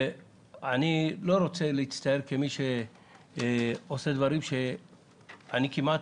אני לא רוצה להצטייר כמי שעושה דברים שאני כמעט